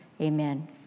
Amen